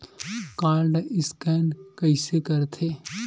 Code scan कइसे होथे?